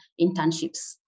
internships